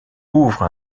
ouvre